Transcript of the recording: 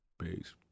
Peace